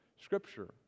Scripture